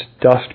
dust